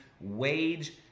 wage